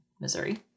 Missouri